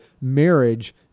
marriage